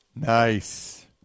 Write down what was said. Nice